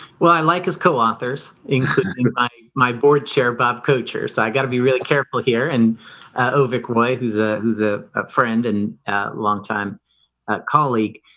well, i like his co-authors including my my board chair bob coacher so i got to be really careful here and ah, oh vic. roy, who's ah, who's a friend and a long time ah colleague?